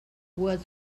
was